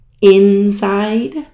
inside